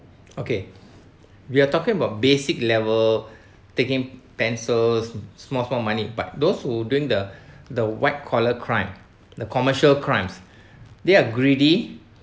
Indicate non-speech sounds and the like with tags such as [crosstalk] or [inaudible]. okay we are talking about basic level taking pencils small small money but those who doing the the white collar crime the commercial crimes [breath] they are greedy